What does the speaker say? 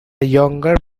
younger